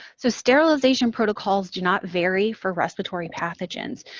so, sterilization protocols do not vary for respiratory pathogens.